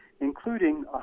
including